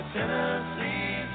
Tennessee